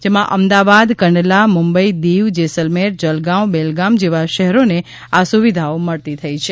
જેમાં અમદાવાદ કંડલા મુંબઇ દીવ જેસલમેર જલગાંવ બેલગામ જેવા શહેરોને આ સુવિધાઓ મળતી થઇ છે